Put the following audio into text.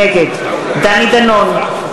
נגד דני דנון,